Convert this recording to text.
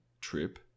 trip